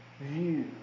view